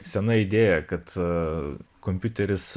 sena idėja kad kompiuteris